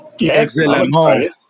Excellent